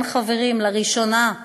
כן, חברים, לראשונה,